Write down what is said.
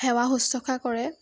সেৱা শুশ্ৰূষা কৰে